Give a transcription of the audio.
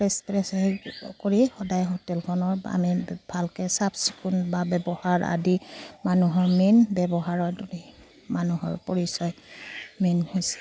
fresh fresh হেৰি কৰি সদায় হোটেলখনৰ আমি ভালকৈ চাফ চিকুণ বা ব্যৱহাৰ আদি মানুহৰ মেইন ব্যৱহাৰৰ মানুহৰ পৰিচয় মেইন হৈছে